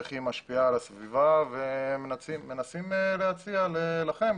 איך היא משפיעה על הסביבה ומנסים להציע לכם,